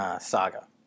saga